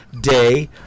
day